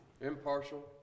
Impartial